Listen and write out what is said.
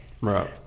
right